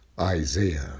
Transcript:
Isaiah